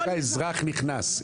איך האזרח נכנס?